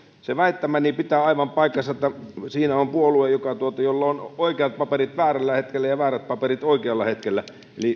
se väittämäni pitää aivan paikkansa että siinä on puolue jolla on oikeat paperit väärällä hetkellä ja väärät paperit oikealla hetkellä